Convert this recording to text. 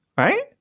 Right